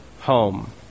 home